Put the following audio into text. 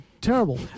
terrible